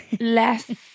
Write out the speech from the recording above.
less